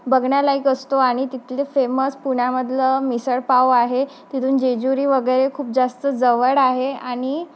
बघण्यालायक असतो आणि तिथले फेमस पुण्यामधलं मिसळपाव आहे तिथून जेजुरी वगैरे खूप जास्त जवळ आहे आणि